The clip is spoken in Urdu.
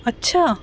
اچھا